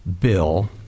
bill